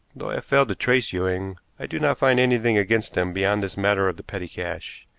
though i have failed to trace ewing, i do not find anything against him beyond this matter of the petty cash.